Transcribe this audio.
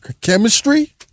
chemistry